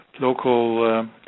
local